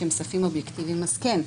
מסוימים, שהם ספים אובייקטיבים, אז כן.